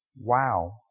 Wow